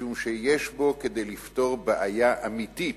משום שיש בו כדי לפתור בעיה אמיתית,